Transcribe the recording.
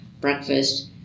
Breakfast